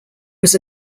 was